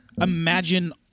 imagine